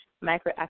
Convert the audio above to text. Micro